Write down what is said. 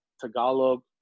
Tagalog